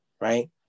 right